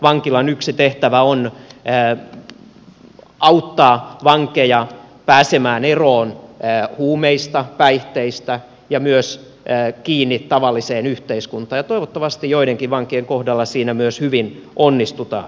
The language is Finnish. vankilan yksi tehtävä on auttaa vankeja pääsemään eroon huumeista päihteistä ja auttaa myös kiinni tavalliseen yhteiskuntaan ja toivottavasti joidenkin vankien kohdalla siinä myös hyvin onnistutaan